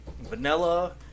Vanilla